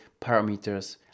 parameters